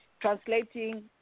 translating